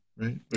right